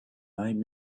might